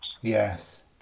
Yes